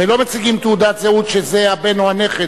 הרי לא מציגים תעודת זהות, שזה הבן או הנכד.